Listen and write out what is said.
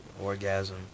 orgasm